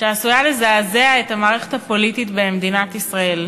שעשויה לזעזע את המערכת הפוליטית במדינת ישראל.